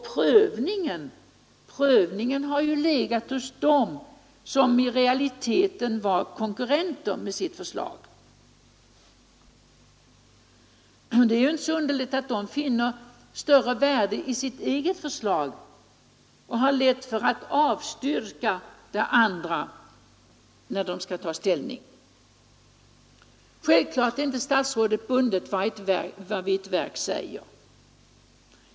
Dessutom har prövningen legat hos dem som i realiteten var konkurrenter med sitt förslag. Det är inte så underligt att de finner större värde i sitt eget förslag och har lätt för att avstyrka rundahusförslaget. Självklart är statsrådet inte bunden vid vad ett verk säger.